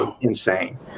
insane